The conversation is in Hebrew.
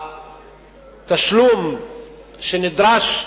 התשלום שנדרש,